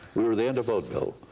we were the end of vaudeville.